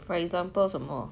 for example 什么